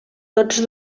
tots